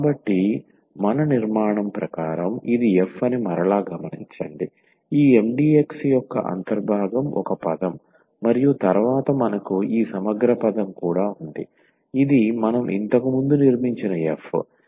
కాబట్టి మన నిర్మాణం ప్రకారం ఇది f అని మరలా గమనించండి ఈ Mdx యొక్క అంతర్భాగం ఒక పదం మరియు తరువాత మనకు ఈ సమగ్ర పదం కూడా ఉంది ఇది మనం ఇంతకుముందు నిర్మించిన f